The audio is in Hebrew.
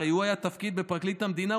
הרי הוא היה תפקיד בפרקליט המדינה,